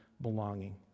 belonging